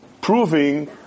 proving